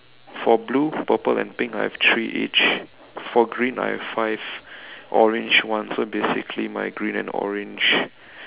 for blue purple and pink I have three each for green I have five orange one so basically my green and orange